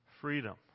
freedom